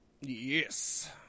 Yes